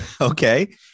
Okay